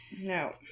No